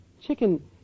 Chicken